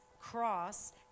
Cross